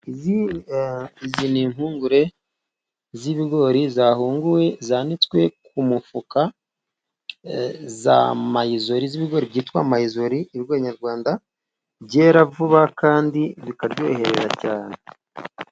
Izi ni impungure z'ibigori, zahunguwe zanitswe ku mufuka, za mayizori z'ibigori byitwa mayizori. Ibigori Nyarwanda byera vuba, kandi bikaryoherera cyaane.